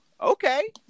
Okay